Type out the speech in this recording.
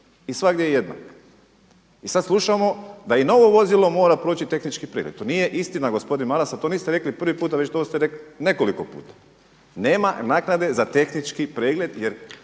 i svagdje je jednak. I sad slušamo da i novo vozilo mora proći tehnički pregled. To nije istina gospodin Maras, a to niste rekli prvi puta, već to ste rekli nekoliko puta. Nema naknade za tehnički pregled, jer